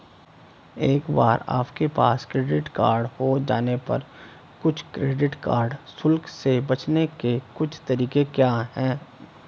एक बार आपके पास क्रेडिट कार्ड हो जाने पर कुछ क्रेडिट कार्ड शुल्क से बचने के कुछ तरीके क्या हैं?